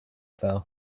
though